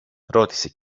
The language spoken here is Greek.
ρώτησε